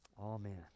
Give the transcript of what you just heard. Amen